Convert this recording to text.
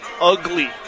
ugly